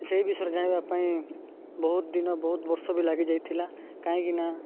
ସେହି ବିଷୟରେ ଜାଣିବା ପାଇଁ ବହୁତ ଦିନ ବହୁତ ବର୍ଷ ବି ଲାଗିଯାଇଥିଲା କାହିଁକିନା